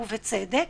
ובצדק,